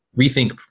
rethink